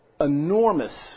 enormous